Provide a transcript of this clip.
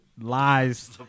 lies